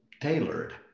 tailored